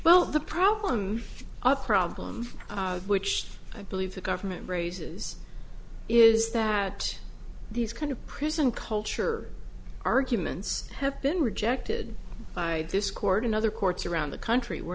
well the problem of problems which i believe the government raises is that these kind of prison culture arguments have been rejected by this court and other courts around the country were